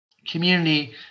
community